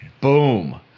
boom